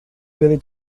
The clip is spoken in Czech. byly